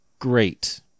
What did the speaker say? Great